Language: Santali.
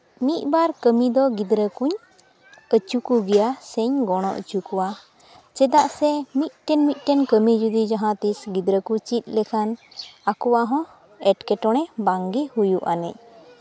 ᱢᱤᱫ ᱵᱟᱨ ᱠᱟᱹᱢᱤ ᱫᱚ ᱜᱤᱫᱽᱨᱟᱹ ᱠᱩᱧ ᱟᱹᱪᱩ ᱠᱚᱜᱮᱭᱟ ᱥᱮᱧ ᱜᱚᱲᱚ ᱦᱚᱪᱚ ᱠᱚᱣᱟ ᱪᱮᱫᱟᱜ ᱥᱮ ᱢᱤᱫ ᱴᱮᱱ ᱢᱤᱫᱴᱮᱱ ᱠᱟᱹᱢᱤ ᱡᱩᱫᱤ ᱡᱟᱦᱟᱸ ᱛᱤᱥ ᱜᱤᱫᱽᱨᱟᱹ ᱠᱚ ᱪᱮᱫ ᱞᱮᱠᱷᱟᱱ ᱟᱠᱚᱣᱟᱜ ᱦᱚᱸ ᱮᱸᱴᱠᱮᱴᱚᱬᱮ ᱵᱟᱝᱜᱮ ᱦᱩᱭᱩᱜ ᱟᱹᱱᱤᱡ